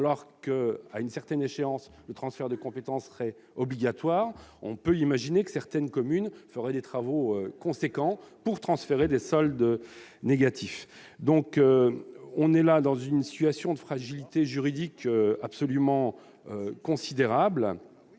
alors que, à une certaine échéance, le transfert de compétences serait obligatoire. On peut imaginer que certaines communes feraient des travaux importants avant de transférer des soldes négatifs. Nous nous trouvons dans une situation de fragilité juridique très préoccupante.